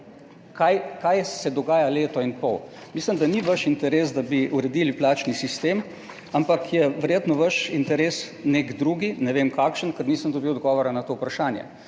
Kaj se dogaja leto in pol? Mislim, da ni vaš interes, da bi uredili plačni sistem, ampak je verjetno vaš interes nek drug – ne vem kakšen, ker nisem dobil odgovora na to vprašanje.